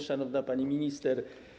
Szanowna Pani Minister!